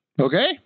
Okay